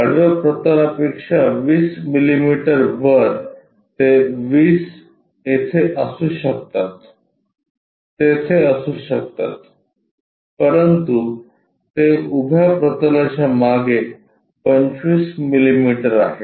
आडव्या प्रतलापेक्षा 20 मिलिमीटर वर ते 20 येथे असू शकतात तेथे असू शकतातपरंतु ते उभ्या प्रतलाच्या मागे 25 मिलिमीटर आहे